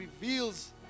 reveals